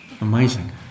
Amazing